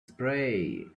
spray